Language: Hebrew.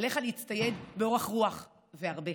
עליך להצטייד באורך רוח, והרבה,